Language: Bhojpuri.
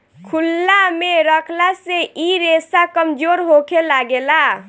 खुलला मे रखला से इ रेसा कमजोर होखे लागेला